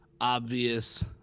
obvious